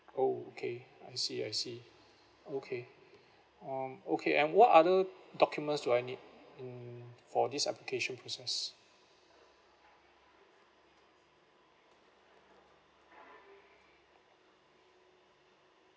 oh okay I see I see okay um okay and what other documents do I need in for this application process